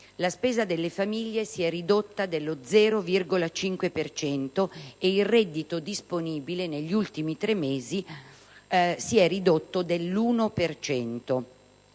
La spesa delle famiglie si è ridotta dello 0,5 per cento ed il reddito disponibile negli ultimi tre mesi si è ridotto dell'1